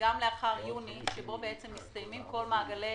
גם לאחר יוני שבו מסתיימים כל מעגלי